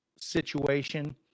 situation